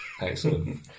Excellent